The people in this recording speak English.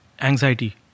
Anxiety